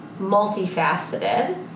multifaceted